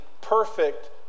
perfect